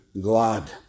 glad